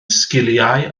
sgiliau